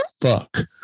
fuck